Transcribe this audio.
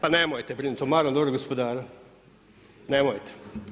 Pa nemojte brinuti marom dobrog gospodara, nemojte.